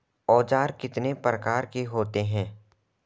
औज़ार कितने प्रकार के होते हैं?